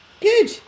Good